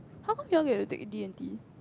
how come you get to take D-and-T